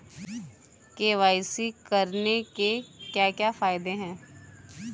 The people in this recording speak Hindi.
के.वाई.सी करने के क्या क्या फायदे हैं?